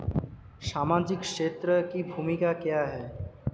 सामाजिक क्षेत्र की भूमिका क्या है?